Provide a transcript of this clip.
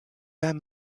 their